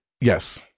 Yes